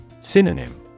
Synonym